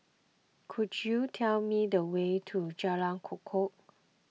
could you tell me the way to Jalan Kukoh